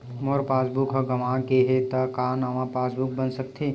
मोर passbook ह गंवा गे हे त का नवा पास बुक बन सकथे?